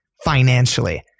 financially